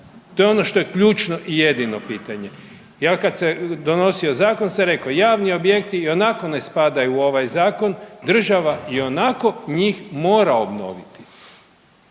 To je ono što je ključno i jedino pitanje. Ja kad sam donosio zakon ja sam rekao javni objekti i onako ne spadaju u ovaj zakon, država ionako njih mora obnoviti.